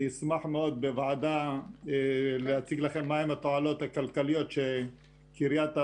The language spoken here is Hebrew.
אני אשמח מאוד בוועדה להציג לכם מה התועלות הכלכליות שהיא הביאה.